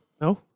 No